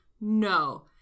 No